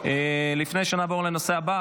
לפני שנעבור לנושא הבא,